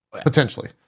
Potentially